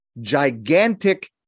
gigantic